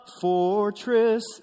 fortress